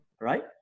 right